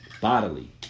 bodily